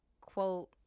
Quote